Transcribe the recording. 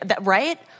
Right